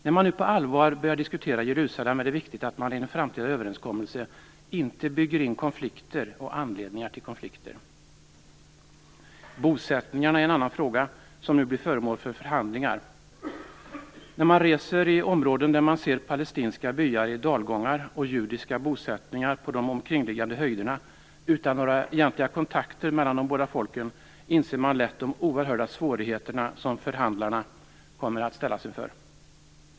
När man nu på allvar börjar diskutera Jerusalem är det viktigt att man i en framtida överenskommelse inte bygger in konflikter och anledningar till konflikter. Bosättningarna är en annan fråga som nu blir föremål för förhandlingar. När man reser i områden där man ser palestinska byar i dalgångar och judiska bosättningar på de omkringliggande höjderna utan några egentliga kontakter mellan de båda folken, inser man lätt de oerhörda svårigheterna som förhandlarna kommer att ställas inför.